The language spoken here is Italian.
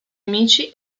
amici